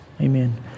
Amen